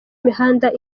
mihanda